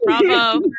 Bravo